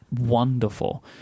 wonderful